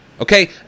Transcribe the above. Okay